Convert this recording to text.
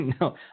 No